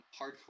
hardcore